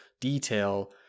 detail